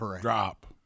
drop